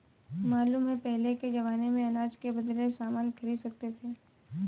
मालूम है पहले के जमाने में अनाज के बदले सामान खरीद सकते थे